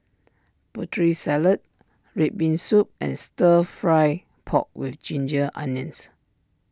Putri Salad Red Bean Soup and Stir Fried Pork with Ginger Onions